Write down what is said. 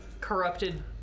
corrupted